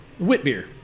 Whitbeer